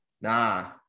Nah